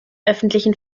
öffentlichen